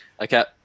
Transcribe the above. Okay